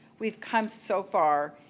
we've come so far.